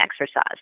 exercise